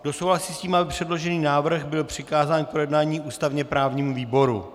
Kdo souhlasí s tím, aby předložený návrh byl přikázán k projednání ústavněprávnímu výboru?